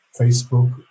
Facebook